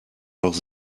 noch